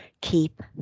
Keep